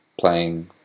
playing